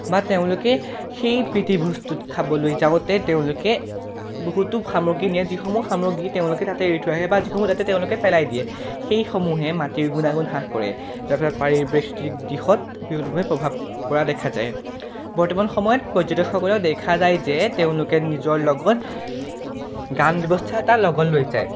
বা তেওঁলোকে সেই প্ৰীতিভোজটোত খাবলৈ যাওঁতে তেওঁলোকে বহুতো সামগ্ৰী নিয়ে যিসমূহ সামগ্ৰী তেওঁলোকে তাতে এৰি থৈ আহে বা যিসমূহ তাতে তেওঁলোকে পেলাই দিয়ে সেইসমূহে মাটিৰ গুণাগুণ হ্ৰাস কৰে যাৰ ফলত পাৰিপাৰ্শ্বিক দিশত বিৰূপভাৱে প্ৰভাৱ পৰা দেখা যায় বৰ্তমান সময়ত পৰ্যটকসকলেও দেখা যায় যে তেওঁলোকে নিজৰ লগত গান ব্যৱস্থা এটা লগত লৈ যায়